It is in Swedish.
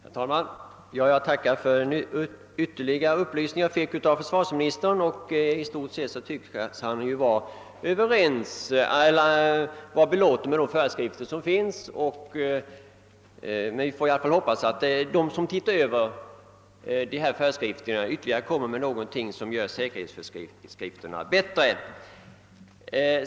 Herr talman! Jag tackar för den ytterligare upplysning jag fick av försvars ministern. I stort sett tycks han vara belåten med de föreskrifter som finns. Vi får i alla fall hoppas att de som ser över föreskrifterna kommer med någonting som gör dessa bättre.